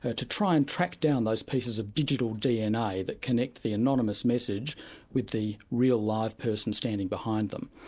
ah to try and track down those pieces of digital dna that connect the anonymous message with the real live person standing behind them.